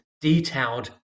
detailed